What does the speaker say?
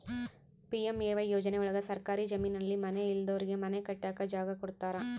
PMAY ಯೋಜನೆ ಒಳಗ ಸರ್ಕಾರಿ ಜಮೀನಲ್ಲಿ ಮನೆ ಇಲ್ದೆ ಇರೋರಿಗೆ ಮನೆ ಕಟ್ಟಕ್ ಜಾಗ ಕೊಡ್ತಾರ